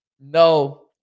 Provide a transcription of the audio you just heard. no